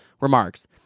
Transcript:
remarks